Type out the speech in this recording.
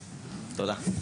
תודה.